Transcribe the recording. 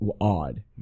odd